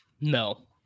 No